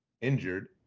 injured